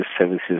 services